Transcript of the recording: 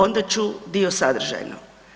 Onda ću dio sadržajno.